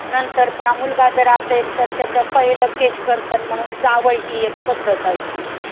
नंतर पुन्हा मुलगा जर असेल तर त्याचं पहिलं केश कर्तन म्हणून जावळ ही एक पद्धत असते